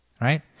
right